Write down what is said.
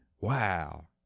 Wow